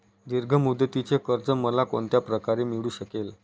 दीर्घ मुदतीचे कर्ज मला कोणत्या प्रकारे मिळू शकेल?